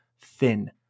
thin